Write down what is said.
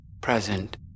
present